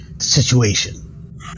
situation